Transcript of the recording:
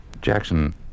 Jackson